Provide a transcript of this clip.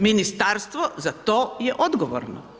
Ministarstvo za to je odgovorno.